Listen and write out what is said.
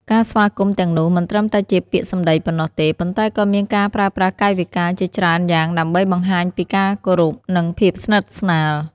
ការស្វាគមន៍ទាំងនោះមិនត្រឹមតែជាពាក្យសម្ដីប៉ុណ្ណោះទេ ប៉ុន្តែក៏មានការប្រើប្រាស់កាយវិការជាច្រើនយ៉ាងដើម្បីបង្ហាញពីការគោរពនិងភាពស្និទ្ធស្នាល។